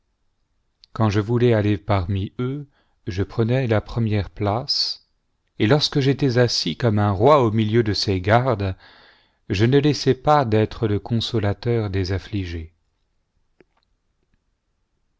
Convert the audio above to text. quand je voulais aller parmi eux je prenais la première place et lorsque j'étais assis comme un roi au milieu de ses gardes je ne laissais pas d'être le consolateur des affligés